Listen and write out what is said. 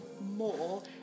more